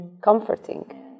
comforting